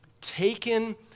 taken